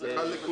זה חל לכולם.